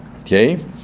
Okay